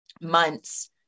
months